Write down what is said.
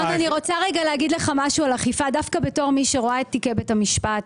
אני רוצה להגיד לך משהו על אכיפה דווקא כמי שרואה את תיקי בית המשפט,